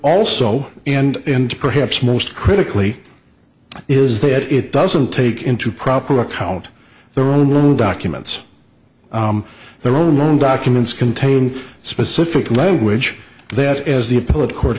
also and perhaps most critically is that it doesn't take into proper account their own little documents their own documents containing specific language that as the appellate court